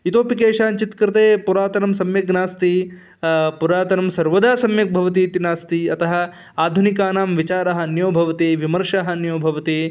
इतोपि केषाञ्चित्कृते पुरातनं सम्यग्नास्ति पुरातनं सर्वदा सम्यक् भवति इति नास्ति अतः आधुनिकानां विचारः अन्यो भवति विमर्शः अन्यो भवति